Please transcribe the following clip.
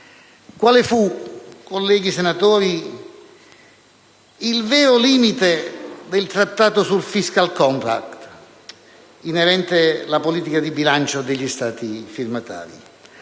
Quale fu, colleghi senatori, il vero limite del Trattato sul *fiscal compact* inerente la politica di bilancio degli Stati firmatari?